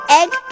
egg